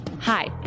Hi